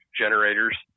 generators